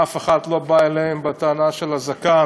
אף אחד לא בא אליהם בטענה על הזקן,